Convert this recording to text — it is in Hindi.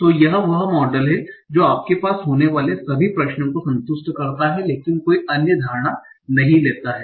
तो यह वह मॉडल है जो आपके पास होने वाले सभी प्रश्नों को संतुष्ट करता है लेकिन कोई अन्य धारणा नहीं लेता है